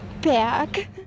back